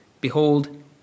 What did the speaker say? behold